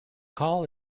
call